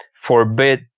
forbid